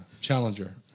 Challenger